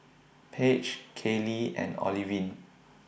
Paige Caylee and Olivine